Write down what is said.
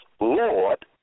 Lord